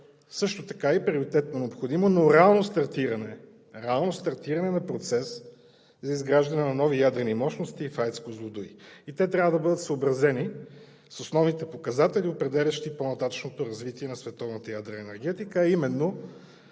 също така е приоритетно, необходимо и реално стартирането на процес за изграждане на нови ядрени мощности в АЕЦ „Козлодуй“. Те трябва да бъдат съобразени с основните показатели, определящи по-нататъшното развитие на световната ядрена енергетика, а именно